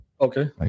Okay